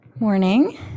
Morning